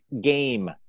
game